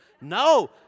No